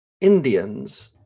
Indians